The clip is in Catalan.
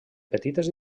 petites